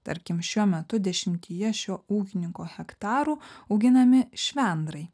tarkime šiuo metu dešimtyje šio ūkininko hektarų auginami švendrai